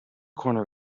corner